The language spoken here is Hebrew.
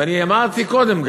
ואמרתי קודם,